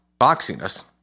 boxiness